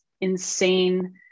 insane